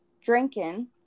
drinking